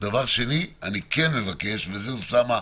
דבר שני, אני כן מבקש, וזה אוסאמה,